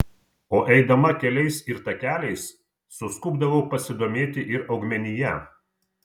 o eidama keliais ir takeliais suskubdavau pasidomėti ir augmenija